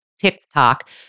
TikTok